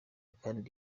kandi